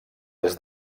des